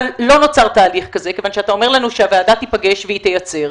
אבל לא נוצר תהליך כזה כיוון שאתה אומר לנו שהוועדה תיפגש והיא תייצר,